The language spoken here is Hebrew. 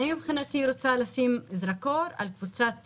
אני מבחינתי רוצה לשים זרקור על קבוצת